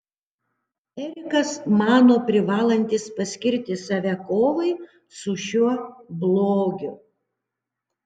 erikas mano privalantis paskirti save kovai su šiuo blogiu